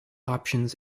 options